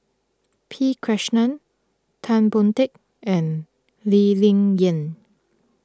P Krishnan Tan Boon Teik and Lee Ling Yen